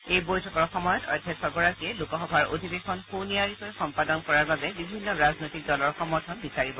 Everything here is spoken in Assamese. এই বৈঠকৰ সময়ত অধ্যক্ষ গৰাকীয়ে লোকসভাৰ অধিবেশন সুনিয়াৰিকৈ সম্পাদন কৰাৰ বাবে বিভিন্ন ৰাজনৈতিক দলৰ সমৰ্থন বিচাৰিব